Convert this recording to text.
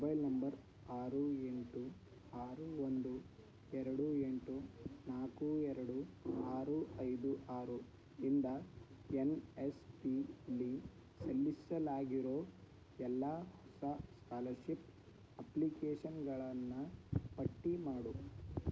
mobile number ಆರು ಎಂಟು ಆರು ಒಂದು ಎರಡು ಎಂಟು ನಾಲ್ಕು ಎರಡು ಆರು ಐದು ಆರು ಇಂದ ಎನ್ ಎಸ್ ಪಿಲಿ ಸಲ್ಲಿಸಲಾಗಿರೊ ಎಲ್ಲ ಹೊಸ ಸ್ಕಾಲಶಿಪ್ ಅಪ್ಲಿಕೇಷನ್ಗಳನ್ನು ಪಟ್ಟಿ ಮಾಡು